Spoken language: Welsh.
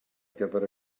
gyfer